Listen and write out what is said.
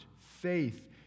faith